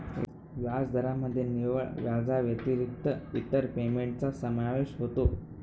व्याजदरामध्ये निव्वळ व्याजाव्यतिरिक्त इतर पेमेंटचा समावेश होतो